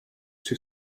two